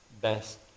best